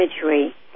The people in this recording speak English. imagery